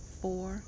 four